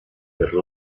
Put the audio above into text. erosion